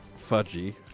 fudgy